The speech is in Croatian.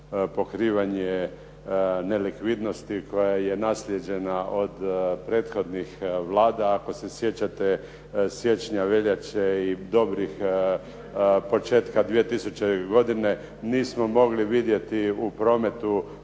pokrivanje nelikvidnosti koja je naslijeđena od prethodnih Vlada, ako se sjećate siječnja, veljače i dobrih početka 2000. godine, nismo mogli vidjeti u prometu